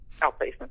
outplacement